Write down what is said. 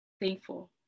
thankful